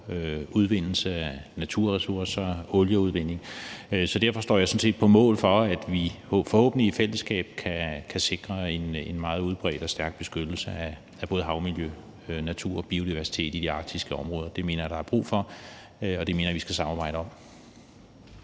udvinding af naturressourcer, f.eks. olieudvinding. Så derfor står jeg sådan set på mål for, at vi forhåbentlig i fællesskab kan sikre en meget udbredt og stærk beskyttelse af både havmiljø, natur og biodiversitet i de arktiske områder. Det mener jeg der er brug for, og det mener jeg vi skal samarbejde om.